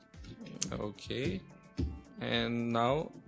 okey and now